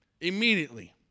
Immediately